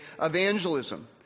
evangelism